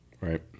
Right